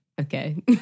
Okay